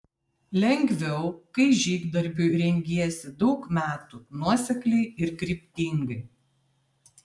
lengviau kai žygdarbiui rengiesi daug metų nuosekliai ir kryptingai